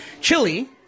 chili